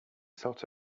sort